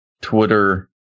Twitter